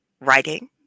writing